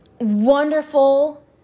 wonderful